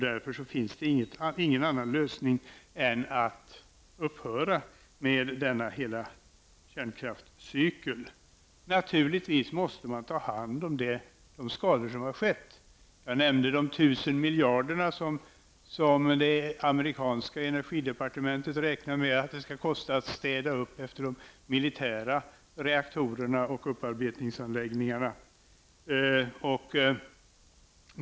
Därför finns det ingen annan lösning än att upphöra med hela kärnkraftshanteringen. Naturligtvis måste man ta hand om de skador som har skett. Jag nämnde de 1 000 miljarderna som det amerikanska energidepartementet räknar med att det skall kosta att städa upp efter de militära reaktorerna och upparbetningsanläggningarna.